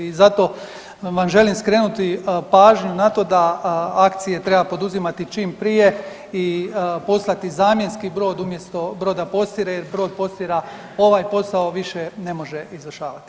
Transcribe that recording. I zato vam želim skrenuti pažnju na to da akcije treba poduzimati čim prije i poslati zamjenski brod umjesto broda Postire jer brod Postira ovaj posao više ne može izvršavati.